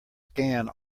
scan